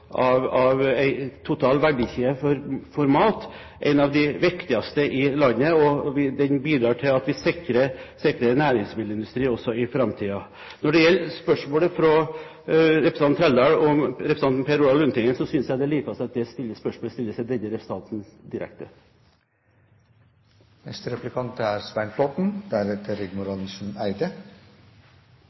de viktigste i landet, og den bidrar til at vi sikrer næringsmiddelindustri også i framtiden. Når det gjelder spørsmålet fra representanten Trældal om representanten Per Olaf Lundteigen, synes jeg det er best at det spørsmålet stilles til denne representanten